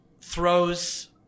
throws